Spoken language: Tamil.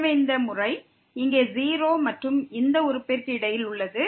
எனவே இந்த முறை இங்கே 0 மற்றும் இந்த உறுப்பிற்கு இடையில் உள்ளது